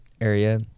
area